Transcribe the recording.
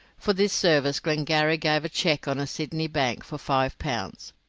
for this service glengarry gave a cheque on a sydney bank for five pounds,